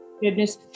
Goodness